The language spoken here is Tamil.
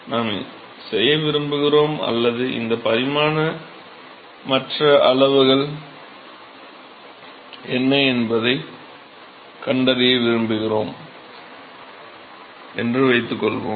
நாம் செய்ய விரும்புகிறோம் அல்லது இந்த பரிமாணமற்ற அளவுகள் என்ன என்பதைக் கண்டறிய விரும்புகிறோம் என்று வைத்துக்கொள்வோம்